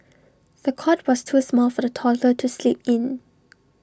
the cot was too small for the toddler to sleep in